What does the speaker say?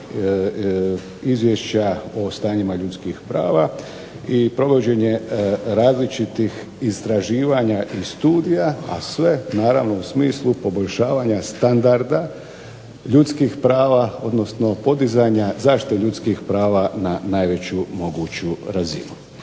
izvješća o stanjima ljudskih prava i provođenje različitih istraživanja i studija, a sve naravno u smislu poboljšavanja standarda ljudskih prava, odnosno podizanja zaštite ljudskih prava na najveću moguću razinu.